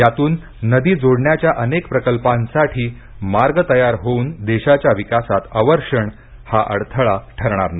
यातून नदी जोडण्याध्या अनेक प्रकल्पांसाठी मार्ग तयार होऊन देशाच्या विकासात अवर्षण हा अडथळा ठरणार नाही